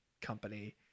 company